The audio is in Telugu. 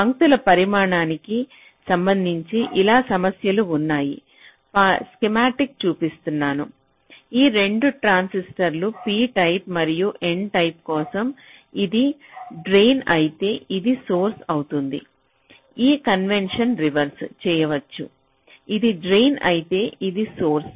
పంక్తుల పరిమాణానికి సంబంధించి చాలా సమస్యలు ఉన్నాయి పంక్తుటిక్ చూపిస్తున్నాను ఈ 2 ట్రాన్సిస్టర్లు p టైప్ మరియు n టైప్ కోసం ఇది డ్రేన్ అయితే ఇది సోర్స అవుతుంది ఈ కన్వెన్షన్ రివర్స చేయవచ్చు ఇది డ్రేన్ అయితే ఇది సోర్స